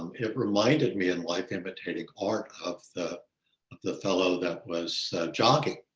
um it reminded me in life imitating art of the of the fellow that was a jockey.